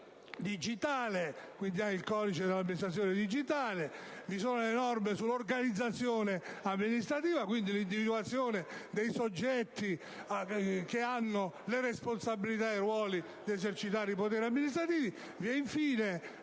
digitale (quindi il codice dell'amministrazione digitale), le norme sull'organizzazione amministrativa (quindi, l'individuazione dei soggetti che hanno le responsabilità e i ruoli per esercitare i poteri amministrativi) ed infine